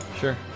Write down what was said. Sure